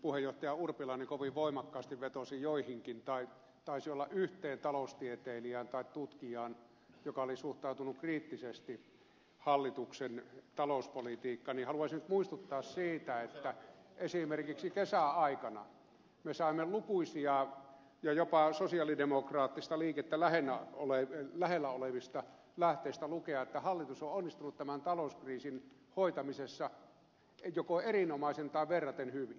kun puheenjohtaja urpilainen kovin voimakkaasti vetosi joihinkin tai taisi olla yhteen taloustieteilijään tai tutkijaan joka oli suhtautunut kriittisesti hallituksen talouspolitiikkaan niin haluaisin nyt muistuttaa siitä että esimerkiksi kesäaikana me saimme lukuisista ja jopa sosialidemokraattista liikettä lähellä olevista lähteistä lukea että hallitus on onnistunut tämän talouskriisin hoitamisessa joko erinomaisen tai verraten hyvin